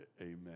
Amen